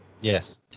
yes